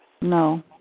No